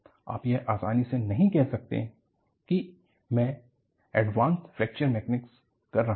आप यह आसानी से नहीं कह सकते कि मैं एडवांस फ्रैक्चर मैकेनिक्स कर रहा हूं